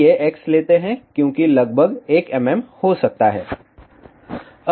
आइए x लेते हैं क्योंकि लगभग 1 mm हो सकता है